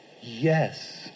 Yes